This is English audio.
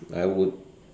I would